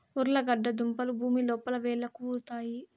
ఉర్లగడ్డ దుంపలు భూమి లోపల వ్రేళ్లకు ఉరుతాయి